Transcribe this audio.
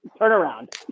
turnaround